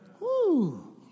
Woo